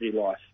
life